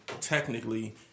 technically